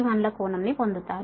31 ల కోణం ని పొందుతారు